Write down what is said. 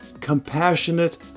compassionate